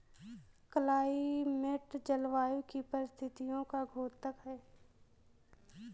climate जलवायु की परिस्थितियों का द्योतक है